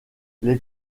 les